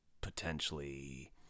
potentially